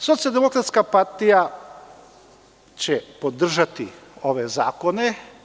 Socijaldemokratska partija će podržati ove zakone.